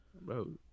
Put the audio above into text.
Bro